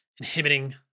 inhibiting